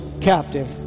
captive